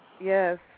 Yes